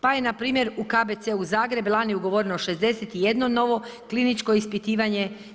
Pa je npr. u KBC-u Zagreb lani ugovoreno 61 novo kliničko ispitivanje.